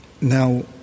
now